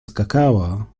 skakała